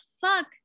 fuck